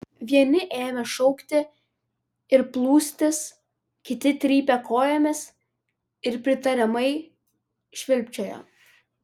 vieni ėmė šaukti ir plūstis kiti trypė kojomis ir pritariamai švilpčiojo